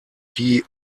die